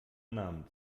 namen